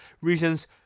reasons